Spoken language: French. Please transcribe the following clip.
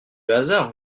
hasard